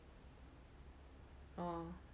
orh